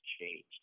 changed